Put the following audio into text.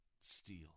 steal